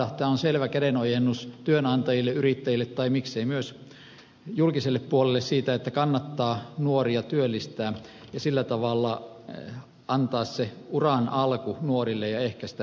tämä on selvä kädenojennus työnantajille yrittäjille tai miksei myös julkiselle puolelle siitä että kannattaa nuoria työllistää ja sillä tavalla antaa se uran alku nuorille ja ehkäistä syrjäytymistä